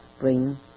bring